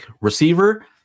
receiver